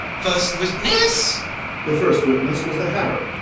first witness the first witness was the hatter.